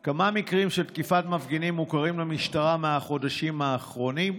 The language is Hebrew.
3. כמה מקרים של תקיפת מפגינים מוכרים למשטרה מהחודשים האחרונים?